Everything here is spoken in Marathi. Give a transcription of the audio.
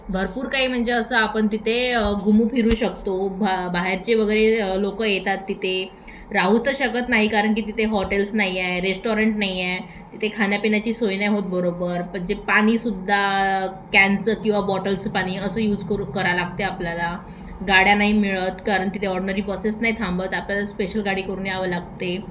भरपूर काही म्हणजे असं आपण तिथे घुमू फिरू शकतो भा बाहेरचे वगैरे लोक येतात तिथे राहू तर शकत नाही कारण की तिथे हॉटेल्स नाही आहे रेस्टॉरंट नाही आहे तिथे खाण्यापिण्याची सोय नाही होत बरोबर पण जे पाणीसुद्धा कॅनचं किंवा बॉटल्सं पाणी असं यूज करू करावं लागते आपल्याला गाड्या नाही मिळत कारण तिथे ऑडनरी बसेस नाही थांबत आपल्याला स्पेशल गाडी करून यावं लागते